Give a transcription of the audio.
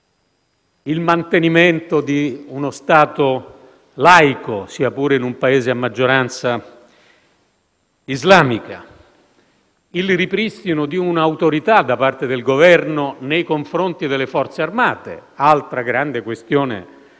il mantenimento di uno Stato laico, sia pure in un Paese a maggioranza islamica; il ripristino di un'autorità da parte del Governo nei confronti delle Forze armate, altra grande questione,